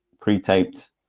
pre-taped